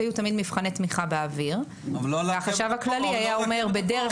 היו תמיד מבחני תמיכה באוויר והחשב הכללי היה אומר שבדרך